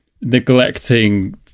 neglecting